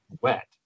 wet